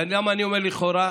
למה אני אומר לכאורה?